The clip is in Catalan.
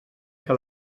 que